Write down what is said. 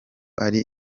ari